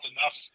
enough